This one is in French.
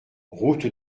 route